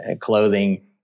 clothing